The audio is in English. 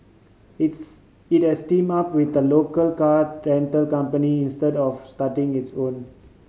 its it has team up with a local car rental company instead of starting its own